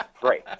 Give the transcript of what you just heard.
Great